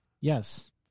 Yes